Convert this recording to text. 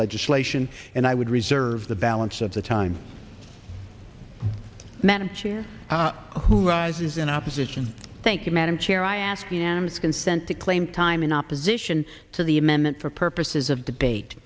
legislation and i would reserve the balance of the time manager who rises in opposition thank you madam chair i ask unanimous consent to claim time in opposition to the amendment for purposes of debate